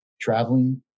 traveling